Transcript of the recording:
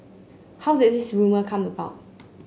how did this rumour come about